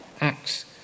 Acts